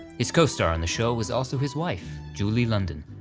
his co-star on the show was also his wife, julie london,